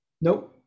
Nope